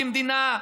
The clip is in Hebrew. כמדינה,